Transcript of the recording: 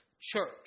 church